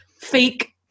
fake